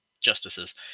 justices